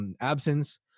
absence